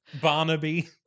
barnaby